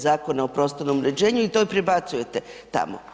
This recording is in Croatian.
Zakona o prostornom uređenju i to i prebacujete tamo.